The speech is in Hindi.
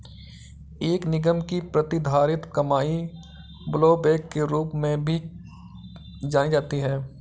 एक निगम की प्रतिधारित कमाई ब्लोबैक के रूप में भी जानी जाती है